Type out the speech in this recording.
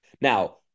Now